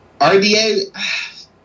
RDA